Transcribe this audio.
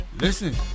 Listen